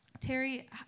Terry